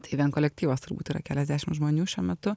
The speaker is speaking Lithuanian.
tai vien kolektyvas turbūt yra keliasdešim žmonių šiuo metu